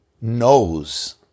knows